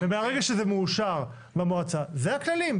ומהרגע שזה מאושר במועצה, זה הכללים.